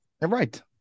Right